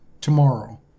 tomorrow